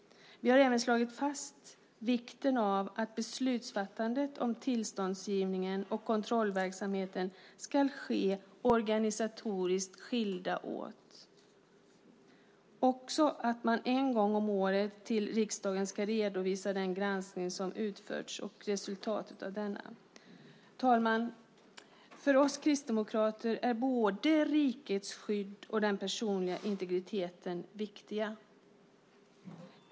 Vi har även slagit fast vikten av att beslutsfattandet om tillståndsgivningen och kontrollverksamheten ska ske organisatoriskt skilda åt. Man ska också en gång om året till riksdagen redovisa den granskning som har utförts och resultatet av denna. Herr talman! För oss kristdemokrater är både rikets skydd och den personliga integriteten viktiga.